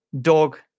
dog